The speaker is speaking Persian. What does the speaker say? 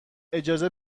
اجازه